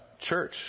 church